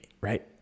right